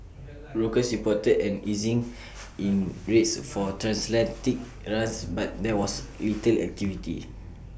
brokers reported an easing in rates for transatlantic runs but there was little activity